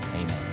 amen